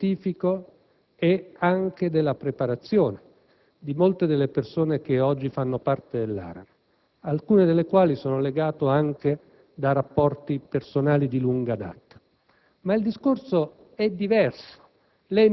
Non dubito del valore scientifico e anche della preparazione di molte delle persone che oggi fanno parte dell'ARAN, ad alcune delle quali sono legato da rapporti personali di lunga data.